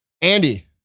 Andy